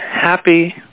happy